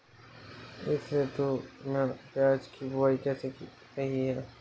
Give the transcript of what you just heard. इस ऋतु में प्याज की बुआई कैसी रही है?